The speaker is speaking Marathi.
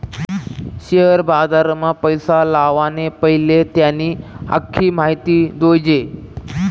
शेअर बजारमा पैसा लावाना पैले त्यानी आख्खी माहिती जोयजे